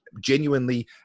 genuinely